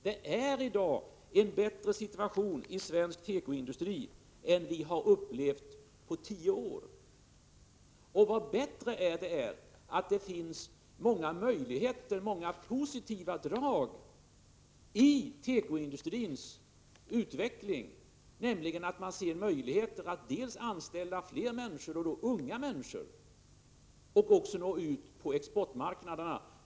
Det råder i dag en bättre situation i svensk tekoindustri än vad som varit fallet på tio år. Och allra bäst är att det finns många positiva drag i tekoindustrins utveckling. Man ser möjligheter att anställa fler människor — och unga människor — samt att nå ut på exportmarknaderna.